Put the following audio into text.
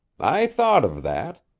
i thought of that.